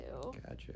Gotcha